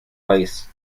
país